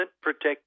protect